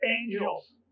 angels